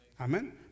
Amen